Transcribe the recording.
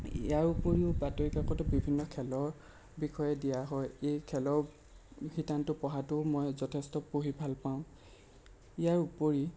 ইয়াৰ উপৰিও বাতৰি কাকতত বিভিন্ন খেলৰ বিষয়ে দিয়া হয় এই খেলৰ শিতানটো পঢ়াটো মই যথেষ্ট পঢ়ি ভাল পাওঁ ইয়াৰ উপৰি